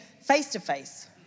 face-to-face